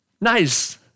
nice